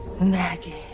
maggie